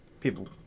people